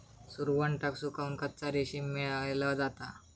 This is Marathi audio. सुरवंटाक सुकवन कच्चा रेशीम मेळवला जाता